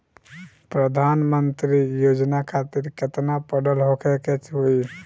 प्रधानमंत्री योजना खातिर केतना पढ़ल होखे के होई?